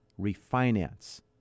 refinance